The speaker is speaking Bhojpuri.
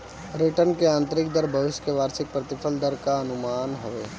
रिटर्न की आतंरिक दर भविष्य के वार्षिक प्रतिफल दर कअ अनुमान हवे